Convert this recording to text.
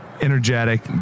Energetic